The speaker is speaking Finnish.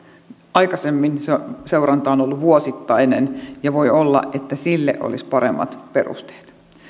aikaisemmin se seuranta on on ollut vuosittainen ja voi olla että sille olisi paremmat perusteet